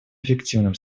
эффективным